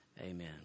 Amen